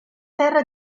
terra